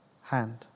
hand